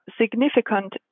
significant